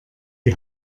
die